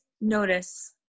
notice